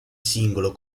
singolo